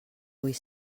vull